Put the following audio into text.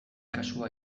kasua